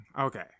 Okay